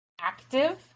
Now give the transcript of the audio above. active